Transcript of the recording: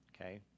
Okay